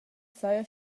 saja